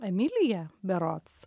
emilija berods